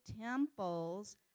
temple's